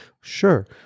Sure